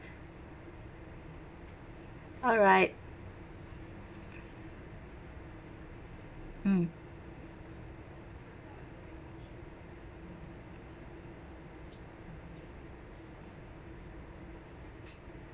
alright mm